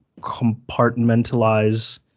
compartmentalize